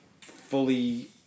fully